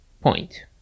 point